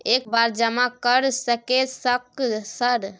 एक बार जमा कर सके सक सर?